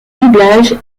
doublage